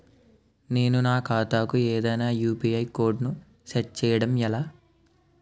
నేను నా ఖాతా కు ఏదైనా యు.పి.ఐ కోడ్ ను సెట్ చేయడం ఎలా?